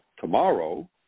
tomorrow